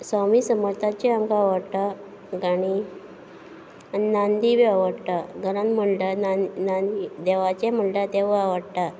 सोमी समर्थाचें आमकां आवडटा गाणी आन नांदी बी आवडटा घरान म्हणटा नान नांदी देवाचें म्हणटा तेंवूय आवडटा